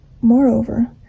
Moreover